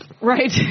Right